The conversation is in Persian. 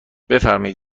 بفرمایید